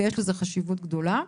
ויש לזה חשיבות גדולה.